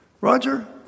Roger